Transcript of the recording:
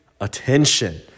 attention